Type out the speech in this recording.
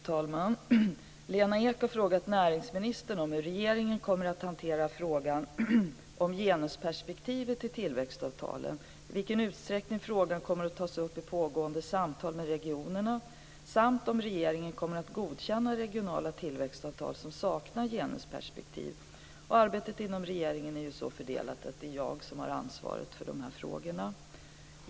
Fru talman! Lena Ek har frågat näringsministern om hur regeringen kommer att hantera frågan om genusperspektivet i tillväxtavtalen, i vilken utsträckning frågan kommer att tas upp i pågående samtal med regionerna samt om regeringen kommer att godkänna regionala tillväxtavtal som saknar genusperspektiv. Arbetet inom regeringen är så fördelat att det är jag som har ansvaret för dessa frågor.